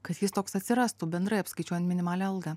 kad jis toks atsirastų bendrai apskaičiuojant minimalią algą